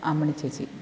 അമ്മിണി ചേച്ചി